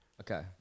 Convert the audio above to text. Okay